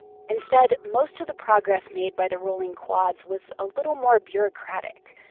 instead, most of the progress made by the rolling quads was a little more bureaucratic.